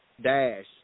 dash